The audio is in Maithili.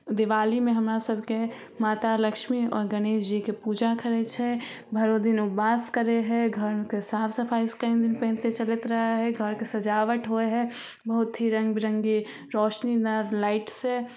दिवालीमे हमरासभके माता लक्ष्मी आओर गणेशजीके पूजा करै छै भरि दिन उपवास करै हइ घरमे फेर साफ सफाइ ओहिसे कनि दिन पहिलेसे चलैत रहै हइ घरके सजावट होइ हइ बहुत ही रङ्गबिरङ्गी रोशनी आओर लाइटसे